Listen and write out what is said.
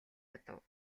одов